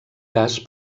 cas